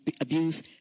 abuse